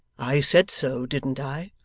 i said so, didn't i?